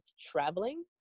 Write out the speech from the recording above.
traveling